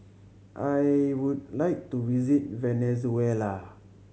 I would like to visit Venezuela